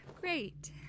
Great